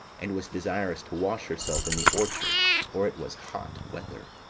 and was desirous to wash herself in the orchard for it was hot weather.